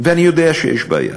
ואני יודע שיש בעיה.